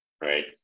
right